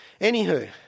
Anywho